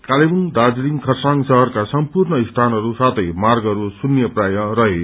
कालेबुङ दार्जीलिङ खरसाङ शहरका सम्पूर्ण स्थानहरू साथै मार्गहरू शून्य प्रायः रहयो